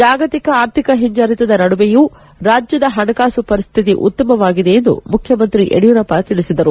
ಜಾಗತಿಕ ಆರ್ಥಿಕ ಹಿಂಜರಿತದ ನಡುವೆಯೂ ರಾಜ್ಯದ ಹಣಕಾಸು ಪರಿಸ್ಥಿತಿ ಉತ್ತಮವಾಗಿದೆ ಎಂದು ಮುಖ್ಯಮಂತ್ರಿ ತಿಳಿಸಿದರು